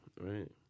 right